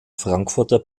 frankfurter